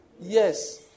Yes